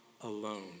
alone